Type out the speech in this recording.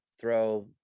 throw